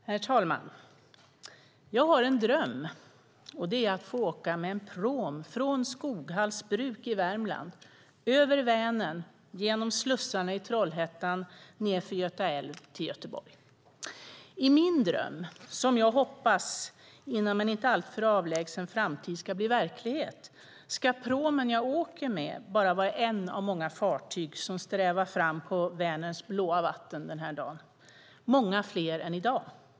Herr talman! Jag har en dröm. Det är att få åka med en pråm från Skoghalls bruk i Värmland, över Vänern, genom slussarna i Trollhättan och nedför Göta älv till Göteborg. I min dröm, som jag hoppas inom en inte alltför avlägsen framtid ska bli verklighet, ska pråmen jag åker med bara vara ett av många fartyg som stävar fram på Vänerns blå vatten den här dagen, många fler än i dag.